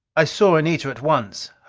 i saw anita at once.